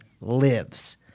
lives